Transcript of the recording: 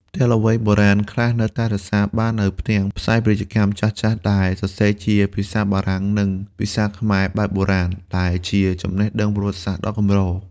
ផ្ទះល្វែងបុរាណខ្លះនៅតែរក្សាបាននូវផ្ទាំងផ្សាយពាណិជ្ជកម្មចាស់ៗដែលសរសេរជាភាសាបារាំង និងភាសាខ្មែរបែបបុរាណ ដែលជាចំណេះដឹងប្រវត្តិសាស្ត្រដ៏កម្រ។